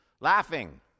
Laughing